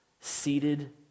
seated